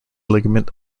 ligament